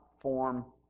form